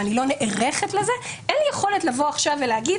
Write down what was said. ואני לא נערכת לזה אין לי יכולת לבוא עכשיו ולהגיד